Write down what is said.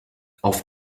auf